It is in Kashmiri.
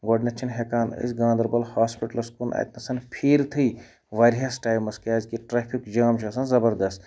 گۄڈںٮ۪تھ چھِنہٕ ہٮ۪کان أسۍ گاندَربَل ہاسپِٹَلس کُن اَتہِ نَس پھیٖرتھٕے واریاہَس ٹایمَس کیٛازِکہِ ٹرٛیفِک جام چھُ آسان زبردَست